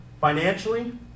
financially